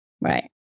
Right